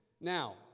Now